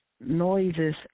noises